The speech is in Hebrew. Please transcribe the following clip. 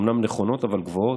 אומנם נכונות אבל גבוהות,